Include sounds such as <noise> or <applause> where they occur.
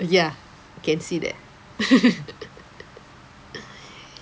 ya I can see that <laughs>